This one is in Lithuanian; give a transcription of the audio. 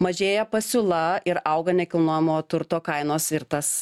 mažėja pasiūla ir auga nekilnojamojo turto kainos ir tas